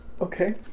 Okay